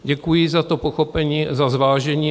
Děkuji za to pochopení, za zvážení.